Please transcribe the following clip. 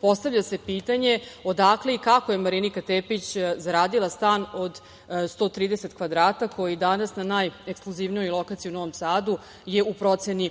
postavlja se pitanje odakle i kako je Marinika Tepić zaradila stan od 130 kvadrata, koji danas na najeksluzivnijoj lokaciji u Novom Sadu je u proceni